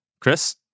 Chris